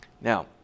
Now